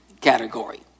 category